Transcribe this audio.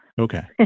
Okay